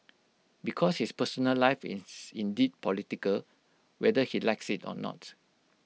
because his personal life is indeed political whether he likes IT or not